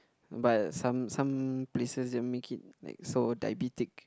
but some some places they make it like so diabetic